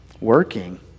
working